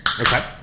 Okay